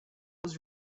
was